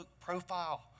profile